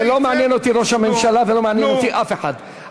לא מעניין אותי ראש הממשלה ולא מעניין אותי אף אחד.